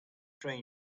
she